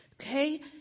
Okay